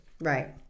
right